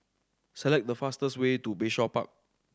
select the fastest way to Bayshore Park